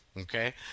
Okay